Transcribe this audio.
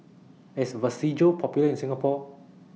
IS Vagisil Popular in Singapore